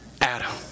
Adam